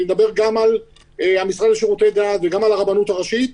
אני מדבר גם על המשרד לשירותי דת וגם על הרבנות הראשית.